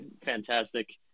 fantastic